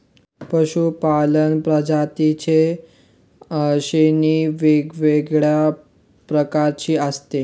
पशूपालन प्रजातींची श्रेणी वेगवेगळ्या प्रकारची असते